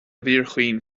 bhfíorchaoin